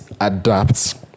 adapt